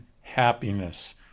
happiness